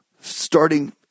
starting